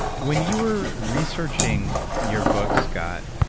ah when you're researching your book, scott,